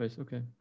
okay